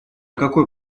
какой